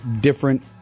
different